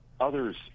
Others